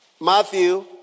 Matthew